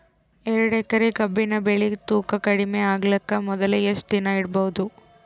ಎರಡೇಕರಿ ಕಬ್ಬಿನ್ ಬೆಳಿ ತೂಕ ಕಡಿಮೆ ಆಗಲಿಕ ಮೊದಲು ಎಷ್ಟ ದಿನ ಇಡಬಹುದು?